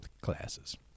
classes